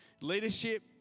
leadership